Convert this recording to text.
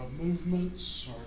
movements